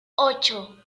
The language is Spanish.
ocho